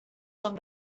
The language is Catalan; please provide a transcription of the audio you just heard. són